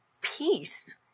peace